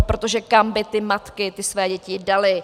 Protože kam by matky ty své děti daly?